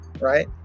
right